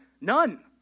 None